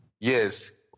Yes